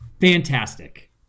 fantastic